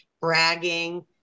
bragging